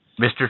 Mr